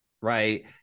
right